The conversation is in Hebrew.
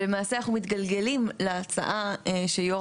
ולמעשה אנחנו מתגלגלים להצעה שיו"ר